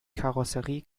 karosserie